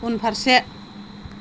उनफारसे